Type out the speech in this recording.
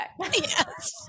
Yes